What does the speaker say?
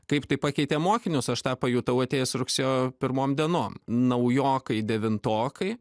kaip tai pakeitė mokinius aš tą pajutau atėjęs rugsėjo pirmom dienom naujokai devintokai